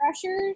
pressure